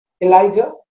Elijah